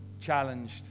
challenged